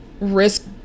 risk